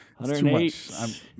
108